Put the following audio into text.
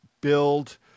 build